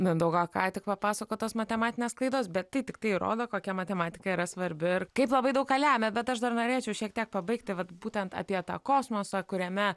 mindaugo ką tik papasakotos matematinės klaidos bet tai tiktai rodo kokia matematika yra svarbi ir kaip labai daug ką lemia bet aš dar norėčiau šiek tiek pabaigti vat būtent apie tą kosmosą kuriame